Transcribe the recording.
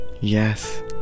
Yes